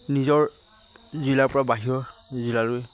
নিজৰ জিলাৰ পৰা বাহিৰৰ জিলালৈ